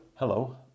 Hello